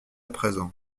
présent